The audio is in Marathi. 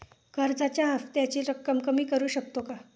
कर्जाच्या हफ्त्याची रक्कम कमी करू शकतो का?